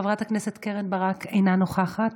חברת הכנסת קרן ברק, אינה נוכחת,